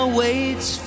waits